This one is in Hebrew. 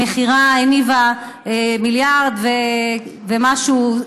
המכירה הניבה מיליארד ומשהו,